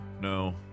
No